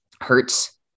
Hurts